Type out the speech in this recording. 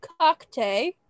cocktail